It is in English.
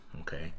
okay